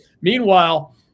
Meanwhile